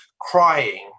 crying